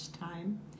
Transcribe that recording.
time